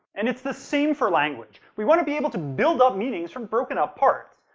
and it's the same for language we want to be able to build up meanings from broken-up parts.